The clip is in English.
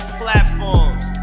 platforms